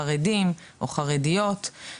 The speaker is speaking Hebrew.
חרדים או חרדיות,